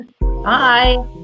Bye